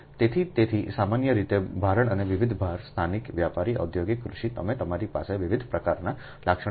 તેથી તેથી સામાન્ય રીતે ભારણ અને વિવિધ ભાર સ્થાનિક વ્યાપારી ઔદ્યોગિક કૃષિ તેમાં તમારી પાસે વિવિધ પ્રકારનાં લાક્ષણિકતાઓ છે